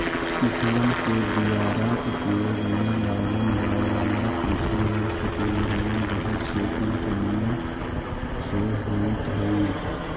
किसान के दुयारा उपयोग में लावल जाए वाला कृषि यन्त्र के निर्माण बहुत से कम्पनिय से होइत हई